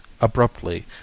abruptly